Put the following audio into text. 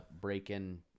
breaking